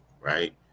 right